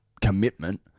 commitment